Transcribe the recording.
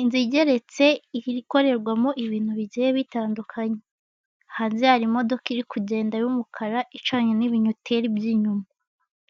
Inzu igeretse ikorerwamo ibintu bigiye bitandukanye, hanze hari imodoka iri kugenda y'umukara icanye n'ibinyoteri by'inyuma,